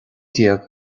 déag